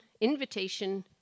invitation